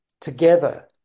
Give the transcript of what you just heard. together